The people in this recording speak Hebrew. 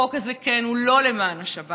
החוק הזה הוא לא למען השבת.